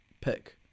pick